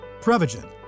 Prevagen